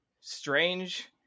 strange